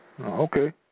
Okay